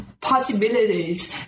possibilities